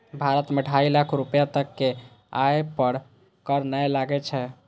भारत मे ढाइ लाख रुपैया तक के आय पर कर नै लागै छै